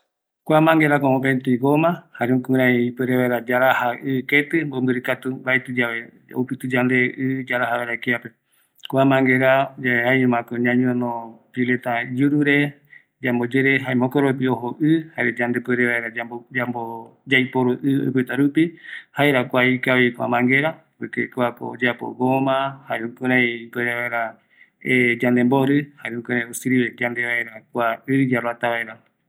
Kua manguerako jae, ñamuatä vaera ɨ yaipota rupi, oime goma oyeapo manguerara, kua jaeñoko ñañonota grifore, javoi yaraja ɨ yaipota rupi